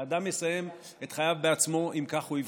האדם מסיים את חייו בעצמו, אם כך הוא יבחר.